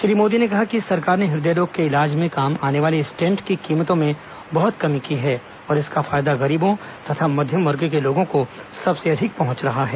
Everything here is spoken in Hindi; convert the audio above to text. श्री मोदी ने कहा कि सरकार ने हृदय रोग के इलाज में काम आने वाले स्टेंट की कीमतों में बहत कमी की है और इसका फायदा गरीबों तथा मध्य वर्ग को सबसे अधिक पहुंच रहा है